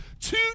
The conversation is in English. two